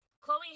Chloe